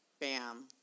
Bam